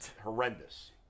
Horrendous